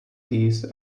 keys